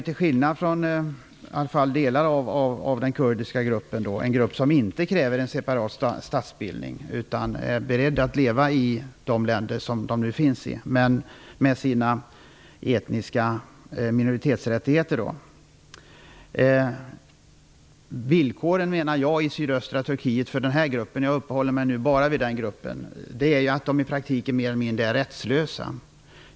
Till skillnad från åtminstone delar av den kurdiska gruppen kräver de inte en statsbildning. Assyrierna är beredda att leva i de länder som de nu befinner sig i - dock med sina etniska minoritetsrättigheter. Villkoren i sydöstra Turkiet för den här gruppen - jag talar nu bara om assyrierna - innebär att den i praktiken är mer eller mindre rättslös.